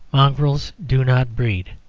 mongrels do not breed.